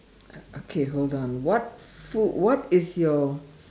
okay hold on what food what is your